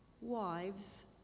Wives